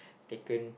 taken